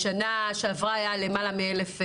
בשנה שעברה היו למעלה מ-1,000 הפרות.